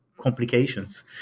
complications